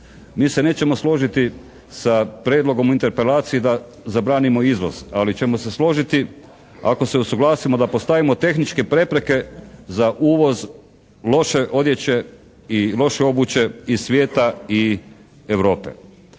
mi se nećemo složiti sa prijedlogom u interpelaciji da zabranimo izvoz, ali ćemo se složiti ako se usuglasimo da postavimo tehničke prepreke za uvoz loše odjeće i loše obuće iz svijeta i Europe.